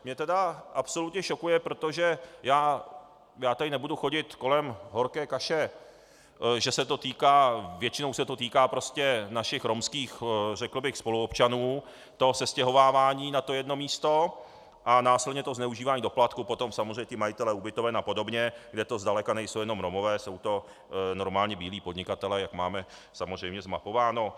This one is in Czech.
Mě tedy absolutně šokuje, protože já tady nebudu chodit kolem horké kaše, že se to týká, většinou se to týká, prostě našich romských, řekl bych, spoluobčanů, to sestěhovávání na to jedno místo a následně to zneužívání doplatku potom, samozřejmě ti majitelé ubytoven a podobně, kde to zdaleka nejsou jenom Romové, jsou to normální bílí podnikatelé, jak máme samozřejmě zmapováno.